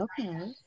okay